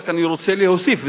רק אני רוצה להוסיף,